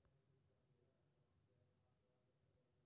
एकर प्रयोग दवाइ, सौंदर्य प्रसाधन, पेय पदार्थ आदि मे कैल जाइ छै